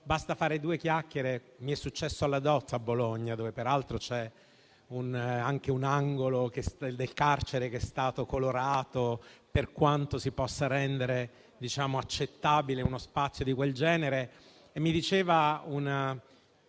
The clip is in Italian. basta fare due chiacchiere con loro. Mi è successo alla "Dozza" a Bologna, dove peraltro c'è un angolo del carcere che è stato colorato, per quanto si possa rendere accettabile uno spazio di quel genere. Mi diceva una